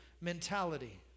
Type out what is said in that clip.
mentality